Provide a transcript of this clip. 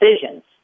decisions